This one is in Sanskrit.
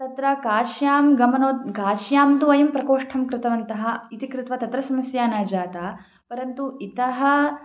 तत्र काश्यां गमनात् काश्यां तु वयं प्रकोष्ठं कृतवन्तः इति कृत्वा तत्र समस्या न जाता परन्तु इतः